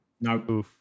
No